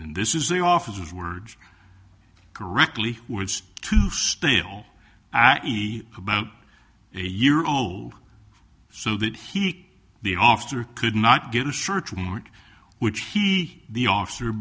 this is the officers word correctly words to stale i e about a year old so that he the officer could not get a search warrant which he the officer